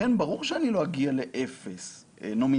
לכן ברור שאני לא אגיע לאפס נומינלית,